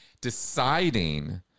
deciding